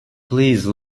please